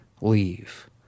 leave